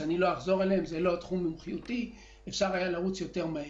שאומרים שאפשר היה לרוץ יותר מהר.